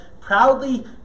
proudly